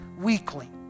weekly